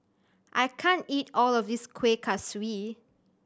I can't eat all of this Kuih Kaswi